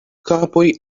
kapoj